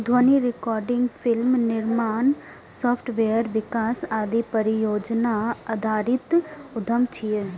ध्वनि recording, film निर्माण, software विकास आदि परियोजना आधारित उद्यम छियै